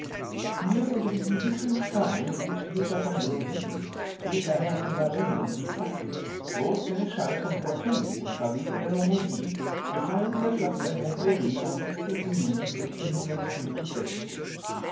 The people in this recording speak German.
hier unter diesem sichren stein ruht peter von brz edler herr von varenne und brissac großseneschall von poitou und verweser der normandie gefallen in der schlacht bei montlhry am juli